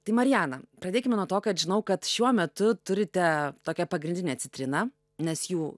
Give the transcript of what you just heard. tai mariana pradėkime nuo to kad žinau kad šiuo metu turite tokią pagrindinę citriną nes jų